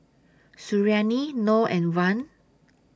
Suriani Noh and Wan